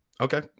Okay